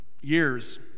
years